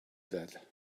that